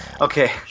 Okay